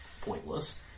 pointless